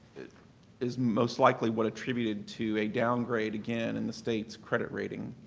is most likely what attributed to a downgrade again in the state's credit rating.